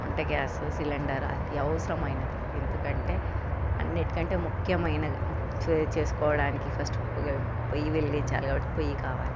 వంట gas cylinder అత్యవసరమైనది ఎందుకంటే అన్నింటికంటే ముఖ్యమైన షేర్ చేసుకోవడానికి ఫస్ట్ పొయ్యి పొయ్యి వెలిగించాలి కాబట్టి పొయ్యి కావాలి